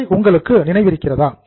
இவை உங்களுக்கு நினைவிருக்கிறதா